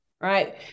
right